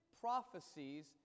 prophecies